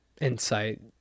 insight